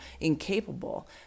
incapable